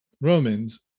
Romans